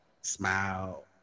smile